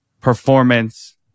performance